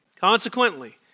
Consequently